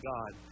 God